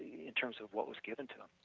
in terms of what was given to him